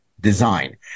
design